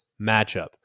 matchup